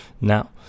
Now